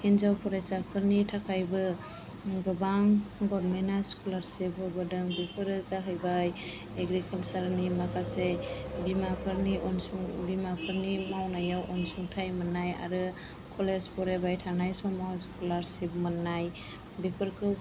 हिनजाव फरायसाफोरनि थाखायबो गोबां गभर्नमेन्तआ स्क'लारशिप होबोदों बेफोरो जाहैबाय एग्रिकालसारनि माखासे बिमाफोरनि अनसुंथाय बिमाफोरनि मावनायाव अनसुंथाय मोननाय आरो कलेज फरायबाय थानाय समाव स्क'लारशिप मोननाय बेफोरखौ